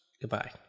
Goodbye